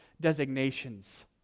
designations